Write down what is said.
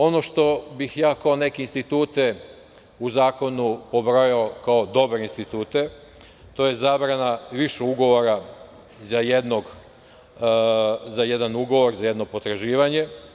Ono što bih kao neke institute u zakonu pobrojao kao dobre institute, to je zabrana više ugovora za jedan ugovor, za jedno potraživanje.